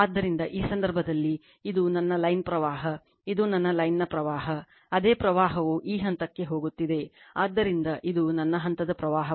ಆದ್ದರಿಂದ ಈ ಸಂದರ್ಭದಲ್ಲಿ ಇದು ನನ್ನ ಲೈನ್ ಪ್ರವಾಹ ಇದು ನನ್ನ ಲೈನ್ ನ ಪ್ರವಾಹ ಅದೇ ಪ್ರವಾಹವು ಈ ಹಂತಕ್ಕೆ ಹೋಗುತ್ತಿದೆ ಆದ್ದರಿಂದ ಇದು ನನ್ನ ಹಂತದ ಪ್ರವಾಹವಾಗಿದೆ